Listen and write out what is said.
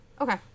Okay